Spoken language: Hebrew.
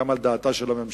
גם על דעתה של הממשלה,